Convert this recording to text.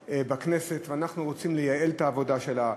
בכנסת ואנחנו רוצים לייעל את העבודה שלה,